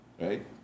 right